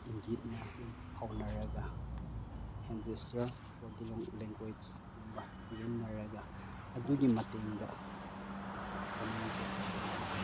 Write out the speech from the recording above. ꯏꯪꯒꯤꯠꯅ ꯑꯗꯨꯝ ꯐꯥꯎꯅꯔꯒ hand gesture body language ꯀꯨꯝꯕ ꯁꯤꯖꯤꯟꯅꯔꯒ ꯑꯗꯨꯒꯤ ꯃꯇꯦꯡꯗ ꯀꯞꯄꯨꯅꯤꯀꯦꯠ ꯇꯧꯔꯒ